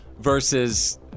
Versus